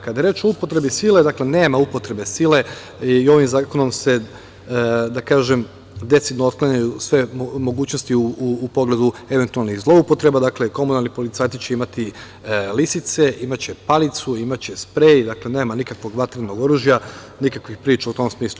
Kada je reč o upotrebi sile, nema upotrebe sile i ovim zakonom se decidno otklanjaju sve mogućnosti u pogledu eventualnih zloupotreba, dakle, komunalni policajci će imati lisice, imaće palicu, imaće sprej, dakle nema nikakvog vatrenog oružja, nikakvih priča u tom smislu.